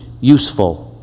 useful